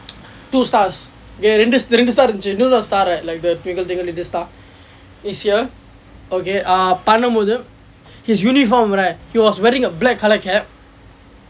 two stars எனக்கு இரண்டு இரண்டு:enakku irandu irandu start இருந்தது:irunthathu you know what star right like the twinkle twinkle little star is here ok ah பன்னபோது:pannapothu his uniform right he was wearing a black colour cap